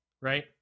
right